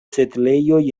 setlejoj